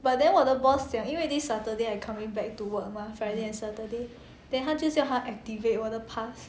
but then 我的 boss 讲因为 this saturday I coming back to work mah friday and saturday then 他就叫他 activate 我的 pass